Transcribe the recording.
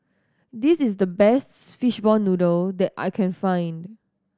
this is the best fishball noodle that I can find